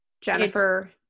jennifer